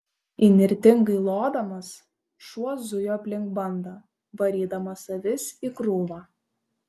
įnirtingai lodamas šuo zujo aplink bandą varydamas avis į krūvą